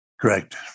Correct